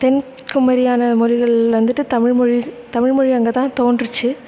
தென் குமரியான மொழிகள் வந்துட்டு தமிழ்மொழி தமிழ்மொழி அங்கேதான் தோன்றுச்சு